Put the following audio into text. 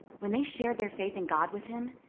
when they shared their faith in god with him,